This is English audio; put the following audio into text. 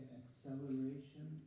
acceleration